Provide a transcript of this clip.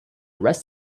rest